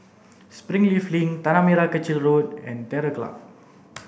Springleaf Link Tanah Merah Kechil Road and Terror Club